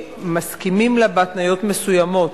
שאנחנו מסכימים לה, בהתניות מסוימות.